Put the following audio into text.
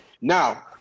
Now